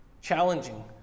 challenging